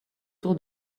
tour